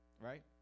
right